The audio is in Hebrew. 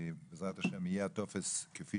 בעזרת השם, יהיה הטופס כפי